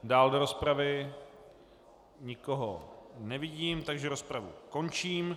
Dál do rozpravy nikoho nevidím, takže rozpravu končím.